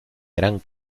gran